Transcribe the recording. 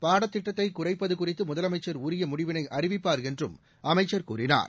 பாடத்திட்டத்தை குறைப்பது குறித்து முதலமைச்சர் உரிய முடிவிளை அறிவிப்பார் என்றும் அமைச்சர் கூறினார்